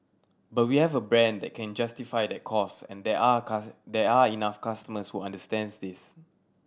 but we have a brand that can justify that cost and there are there are enough customers who understands this